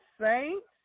saints